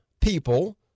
people